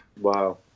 Wow